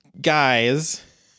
guys